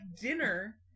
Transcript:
dinner